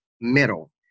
middle